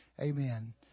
Amen